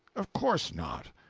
of course not.